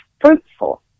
fruitful